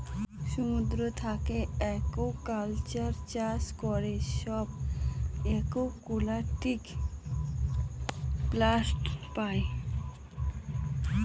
সমুদ্র থাকে একুয়াকালচার চাষ করে সব একুয়াটিক প্লান্টস পাই